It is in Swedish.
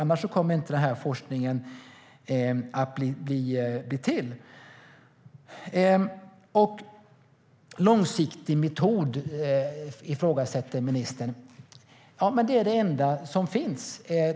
Annars kommer inte den här forskningen att bli till. Ministern ifrågasätter om det är en långsiktig metod. Ja, men det är den enda som finns.